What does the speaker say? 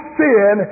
sin